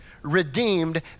Redeemed